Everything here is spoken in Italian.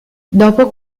dopo